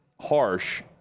harsh